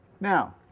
Now